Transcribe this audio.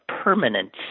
permanent